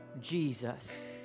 Jesus